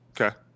Okay